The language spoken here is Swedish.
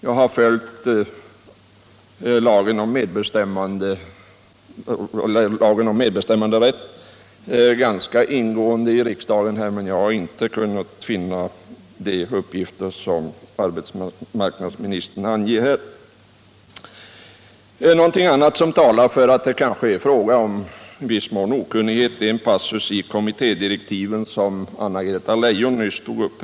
Jag har följt lagen om medbestämmanderätt ganska ingående i riksdagen men inte kunnat finna de uppgifter som arbetsmarknads Något annat som talar för okunnighet är en passus i kommittédirektiven, som Anna-Greta Leijon nyss tog upp.